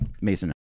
Mason